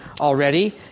already